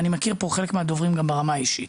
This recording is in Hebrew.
ואני גם מכיר חלק מהדוברים פה ברמה האישית: